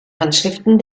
handschriften